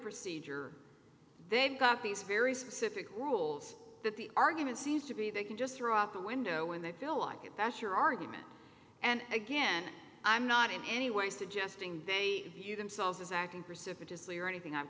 procedure they've got these very specific rules that the argument seems to be they can just throw up the window when they feel like it that's your argument and again i'm not in any way suggesting they view themselves as acting precipitously or anything